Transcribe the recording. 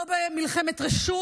לא במלחמת רשות,